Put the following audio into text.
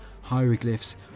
hieroglyphs